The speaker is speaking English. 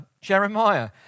Jeremiah